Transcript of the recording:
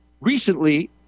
recently